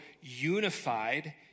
unified